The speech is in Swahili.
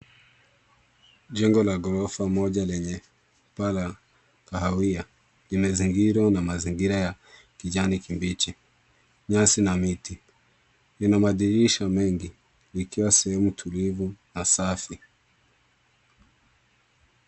Jengo la ghorofa moja lenye paa la kahawia, limezingirwa na mazingira ya kijani kibichi, nyasi na miti, Inabadilisha mengi, ikiwa sehemu tulivu na safi.